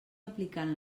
aplicant